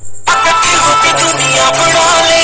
धान क कटाई कवने महीना में होखेला?